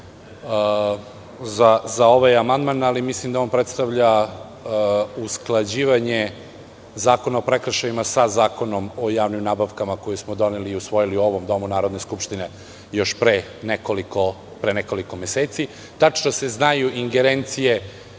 za ovaj amandman, ali mislim da on predstavlja usklađivanje Zakona o prekršajima sa Zakonom o javnim nabavkama koji smo doneli i usvojili u ovom Domu Narodne skupštine još pre nekoliko meseci. Tačno se znaju ingerencije